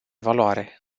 valoare